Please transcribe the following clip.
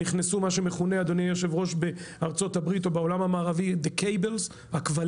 נכנסו מה שמכונה בארצות הברית או בעולם המערבי the cables הכבלים.